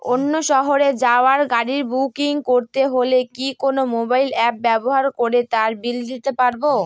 অন্য শহরে যাওয়ার গাড়ী বুকিং করতে হলে কি কোনো মোবাইল অ্যাপ ব্যবহার করে তার বিল দিতে পারব?